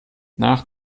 nach